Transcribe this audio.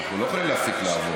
אנחנו לא יכולים להפסיק לעבוד.